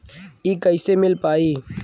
इ कईसे मिल पाई?